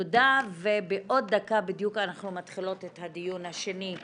תודה ובעוד דקה בדיוק אנחנו מתחילות את הדיון השני.